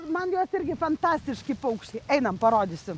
man jos irgi fantastiški paukščiai einam parodysiu